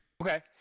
Okay